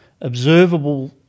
observable